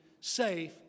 safe